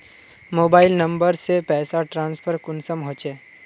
Mobile number से पैसा transfer कुंसम होचे?